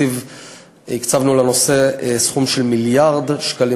הקצבנו לנושא סכום של מיליארד שקלים,